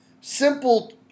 Simple